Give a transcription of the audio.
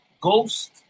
Ghost